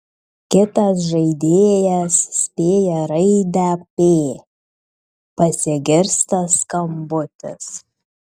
kitas žaidėjas spėja raidę p pasigirsta skambutis